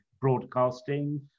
broadcasting